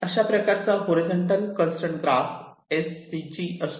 अशा प्रकारचा horizontal constrain graph HCG असतो